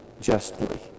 justly